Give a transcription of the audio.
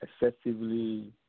excessively